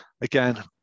Again